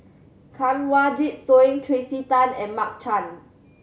Kanwaljit Soin Tracey Tan and Mark Chan